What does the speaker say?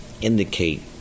indicate